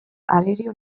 arerio